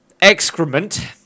excrement